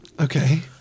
Okay